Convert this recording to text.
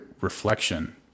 reflection